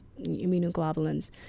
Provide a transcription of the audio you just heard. immunoglobulins